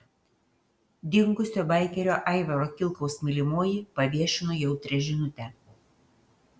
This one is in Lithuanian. dingusio baikerio aivaro kilkaus mylimoji paviešino jautrią žinutę